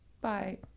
Bye